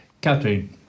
Catherine